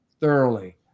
thoroughly